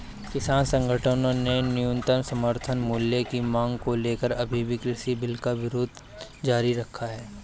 किसान संगठनों ने न्यूनतम समर्थन मूल्य की मांग को लेकर अभी भी कृषि बिल का विरोध जारी रखा है